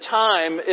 time